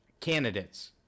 candidates